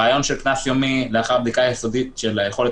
הרעיון של קנס יומי לאחר בדיקה יסודית של היכולת